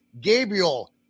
Gabriel